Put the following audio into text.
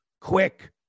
Quick